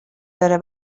داره